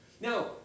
Now